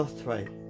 three